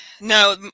No